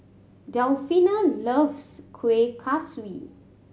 Delfina loves Kueh Kaswi